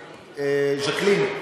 ז'קלין,